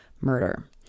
murder